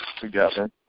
together